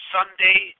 Sunday